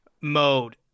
mode